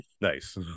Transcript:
Nice